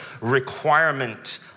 requirement